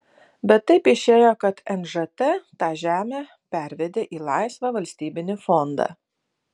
bet taip išėjo kad nžt tą žemę pervedė į laisvą valstybinį fondą